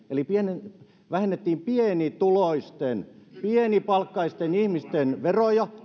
eli vähennettiin pienituloisten pienipalkkaisten ihmisten veroja